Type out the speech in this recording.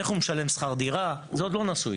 איך הוא משלם שכר דירה וזה כשהוא עוד לא נשוי,